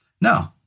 no